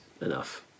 enough